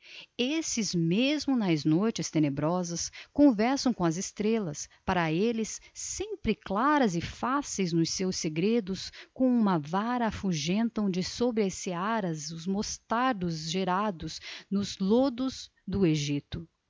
esses mesmo nas noites tenebrosas conversam com as estrelas para eles sempre claras e fáceis nos seus segredos com uma vara afugentam de sobre as searas os moscardos gerados nos lodos do egipto